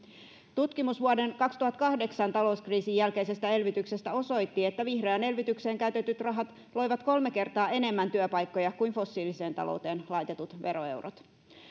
tutkimus vuoden kaksituhattakahdeksan talouskriisin jälkeisestä elvytyksestä osoitti että vihreään elvytykseen käytetyt rahat loivat kolme kertaa enemmän työpaikkoja kuin fossiiliseen talouteen laitetut veroeurot